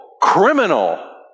criminal